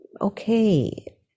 Okay